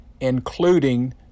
including